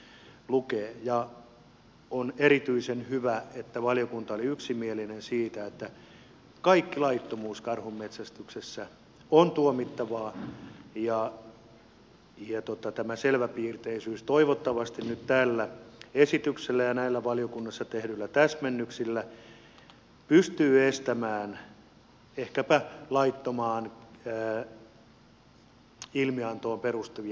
ja on erityisen hyvä että valiokunta oli yksimielinen siitä että kaikki laittomuus karhunmetsästyksessä on tuomittavaa ja tämä selväpiirteisyys toivottavasti nyt tällä esityksellä ja näillä valiokunnassa tehdyillä täsmennyksillä pystyy estämään ehkäpä laittomaan ilmiantoon perustuvia tutkintoja